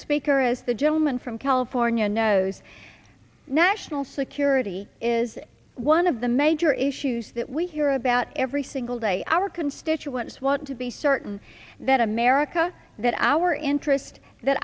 speaker as the gentleman from california knows national security is one of the major issues that we hear about every single day our constituents want to be certain that america that our